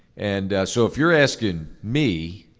and so if you're asking me,